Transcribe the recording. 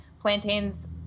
Plantains